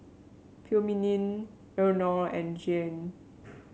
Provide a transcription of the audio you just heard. Philomene Eleanore and Jayne